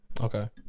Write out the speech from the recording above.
Okay